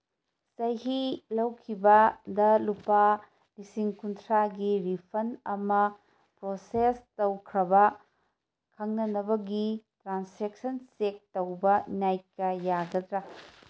ꯆꯍꯤ ꯂꯧꯈꯤꯕꯗ ꯂꯨꯄꯥ ꯂꯤꯁꯤꯡ ꯀꯨꯟꯊ꯭ꯔꯥꯒꯤ ꯔꯤꯐꯟ ꯑꯃ ꯄ꯭ꯔꯣꯁꯦꯁ ꯇꯧꯈ꯭ꯔꯕ ꯈꯪꯅꯅꯕꯒꯤ ꯇ꯭ꯔꯥꯟꯁꯦꯛꯁꯟ ꯆꯦꯛ ꯇꯧꯕ ꯅꯥꯏꯀꯥ ꯌꯥꯒꯗ꯭ꯔꯥ